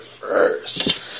first